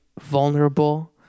vulnerable